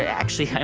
actually,